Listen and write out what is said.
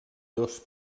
dos